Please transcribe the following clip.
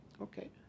Okay